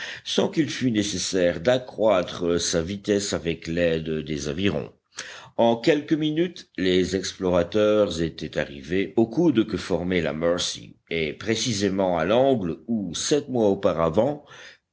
sans qu'il fût nécessaire d'accroître sa vitesse avec l'aide des avirons en quelques minutes les explorateurs étaient arrivés au coude que formait la mercy et précisément à l'angle où sept mois auparavant